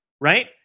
right